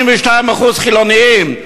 82% חילונים.